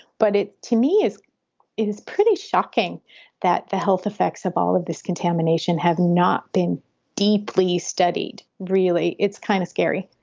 but it to me is it is pretty shocking that the health effects of all of this contamination have not been deeply studied, really. it's kind of scary